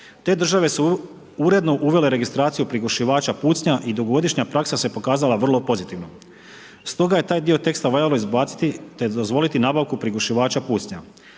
Te države su uredno uvele registraciju prigušivača pucnja i dugogodišnja praksa se pokazala vrlo pozitivnom. Stoga je taj dio teksta valjalo izbaciti te dozvoliti nabavku prigušivača pucnja.